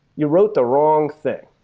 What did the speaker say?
you wrote the wrong thing.